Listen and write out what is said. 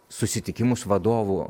susitikimus vadovų